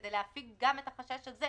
שכדי להפיג גם את החשש הזה,